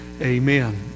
amen